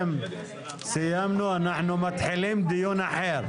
אנחנו יותר נכון דייקנו,